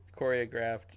Choreographed